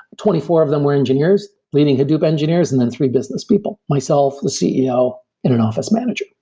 twenty four of them were engineers, leading hadoop engineers, and then three business people myself, the ceo and an office manager.